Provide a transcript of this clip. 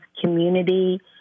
community